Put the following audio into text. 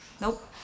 Nope